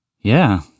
Yeah